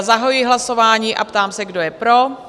Zahajuji hlasování a ptám se, kdo je pro?